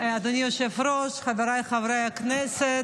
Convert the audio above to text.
אדוני היושב-ראש, חבריי חברי הכנסת,